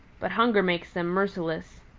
but hunger makes them merciless.